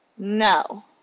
No